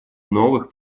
новых